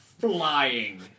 flying